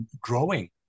growing